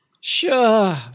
Sure